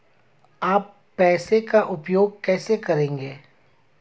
आप पैसे का उपयोग कैसे करेंगे?